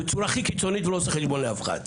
בצורה הכי קיצונית ולא עושה חשבון לאף אחד.